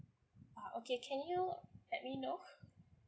uh okay can you let me know